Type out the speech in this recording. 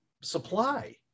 supply